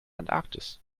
antarktis